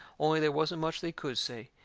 only they wasn't much they could say.